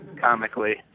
comically